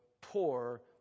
poor